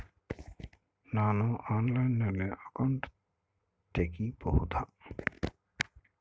ನಾನು ಆನ್ಲೈನಲ್ಲಿ ಅಕೌಂಟ್ ತೆಗಿಬಹುದಾ?